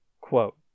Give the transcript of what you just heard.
Quote